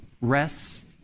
rests